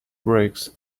brakes